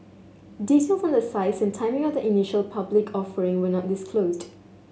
details on the size and timing of the initial public offering were not disclosed